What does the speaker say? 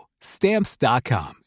Stamps.com